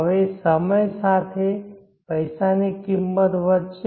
હવે સમય સાથે પૈસાની કિંમત વધશે